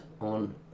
on